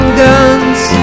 guns